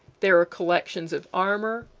there are collections of armor,